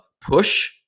push